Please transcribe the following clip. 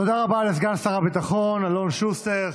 תודה רבה לסגן שר הביטחון אלון שוסטר.